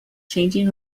changing